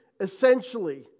essentially